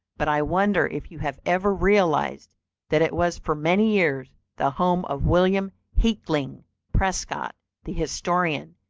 but i wonder if you have ever realized that it was for many years the home of william hickling prescott, the historian,